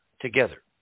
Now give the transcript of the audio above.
together